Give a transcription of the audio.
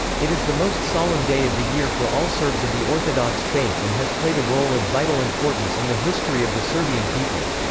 it is the most solemn day of the year for all serbs of the orthodox faith and has played a role of vital importance in the history of the serbian people.